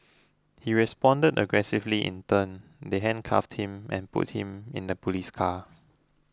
he responded aggressively in turn they handcuffed him and put him in the police car